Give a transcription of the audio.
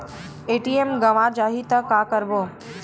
ATM गवां जाहि का करबो?